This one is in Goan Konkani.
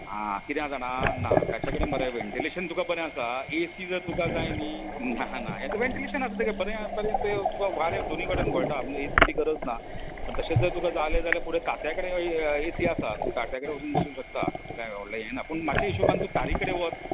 आं कितें जाता जाणा ना ताचे कडेन मरे तुका वेंटिलेशन बरें आसा ए सी जर तुका जाय न्हय ना ना वेंटलिशन आसा थंय तुका बरें बरें वारें दोनीय कडेन घोळटा म्हणजे ए सी ची गरज ना बट तशे जर तुका जाले जाल्यार फुडे तात्या कडेन ए सी आसा तात्या कडेन वचून बसूंक शकता तशें काय व्हडलें हें ना पूण म्हज्या हिशोबान तूं तारी कडेन वच